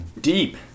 Deep